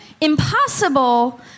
impossible